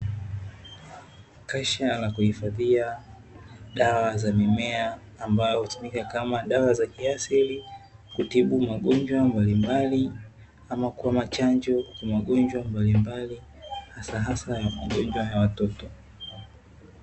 Kasha la kuhifadhia dawa za mimea ambayo hutumika kama dawa za kiasili kutibu magonjwa mbalimbali ama kama chanzo ya magonjwa mbalimbali hasa hasa ya magonjwa ya watoto.